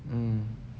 mm